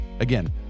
Again